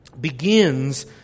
begins